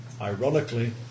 ironically